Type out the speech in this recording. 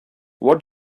what